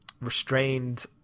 restrained